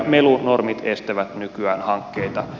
melunormit estävät nykyään hankkeita